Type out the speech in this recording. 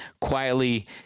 quietly